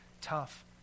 tough